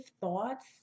thoughts